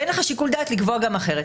ואין לך שיקול דעת לקבוע גם אחרת.